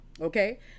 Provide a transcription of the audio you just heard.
Okay